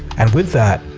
and with that,